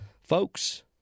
folks